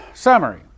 Summary